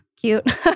cute